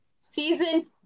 Season